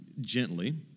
gently